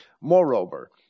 Moreover